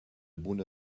buna